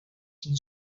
sin